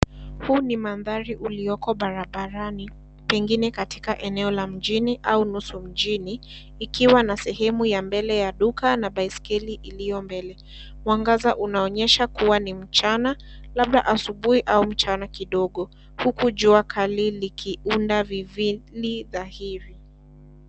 Huu ni mandhari ulioko barabarani pengine katika eneo la mjini au nusu mjini ikiwa na sehemu ya mbele ya duka na baiskeli iliyo mbele, mwangaza unaonyesha kuwa ni mchana labda asubuhi au mchana kidogo huku jua kali likiunda vivili dhahiri.